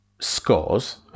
scores